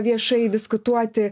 viešai diskutuoti